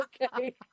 Okay